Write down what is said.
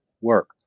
work